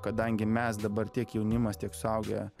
kadangi mes dabar tiek jaunimas tiek suaugę